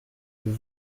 elles